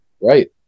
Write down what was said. Right